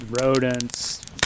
rodents